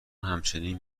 همچنین